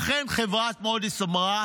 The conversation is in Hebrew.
אכן, חברת מודי'ס אמרה